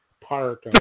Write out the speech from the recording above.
park